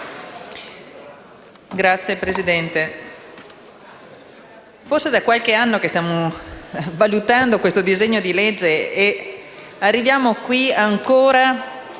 Signor Presidente, forse è qualche anno che stiamo valutando questo disegno di legge e arriviamo qui ancora